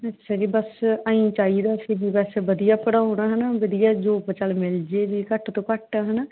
ਅੱਛਾ ਜੀ ਬਸ ਐਂ ਹੀ ਚਾਹੀਦਾ ਸੀ ਵੀ ਬਸ ਵਧੀਆ ਪੜ੍ਹਾਉਣ ਹੈ ਨਾ ਵਧੀਆ ਜੌਬ ਚਲ ਮਿਲ ਜਾਵੇ ਵੀ ਘੱਟ ਤੋਂ ਘੱਟ ਹੈ ਨਾ